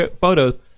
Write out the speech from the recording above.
photos